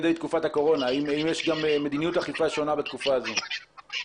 האם יש מדיניות אכיפה שונה בתקופה זו.